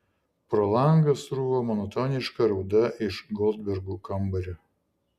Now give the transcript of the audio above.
pro langą sruvo monotoniška rauda iš goldbergų kambario